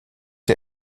der